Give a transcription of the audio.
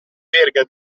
verga